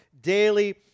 daily